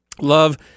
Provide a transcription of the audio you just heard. love